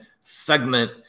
segment